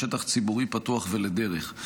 לשטח ציבורי פתוח ולדרך.